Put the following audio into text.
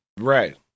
right